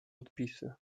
podpisy